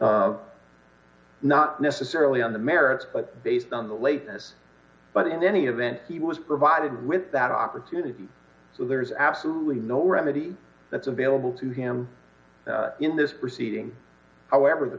are not necessarily on the merits but based on the lateness but in any event he was provided with that opportunity so there is absolutely no remedy that's available to him in this proceeding however the